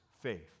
faith